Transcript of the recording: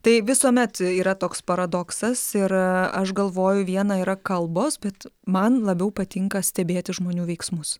tai visuomet yra toks paradoksas ir aš galvoju viena yra kalbos bet man labiau patinka stebėti žmonių veiksmus